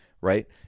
right